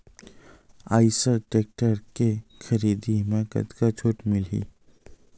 Eicher tractor के खरीदी म कतका छूट मिलही?